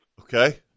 Okay